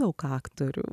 daug aktorių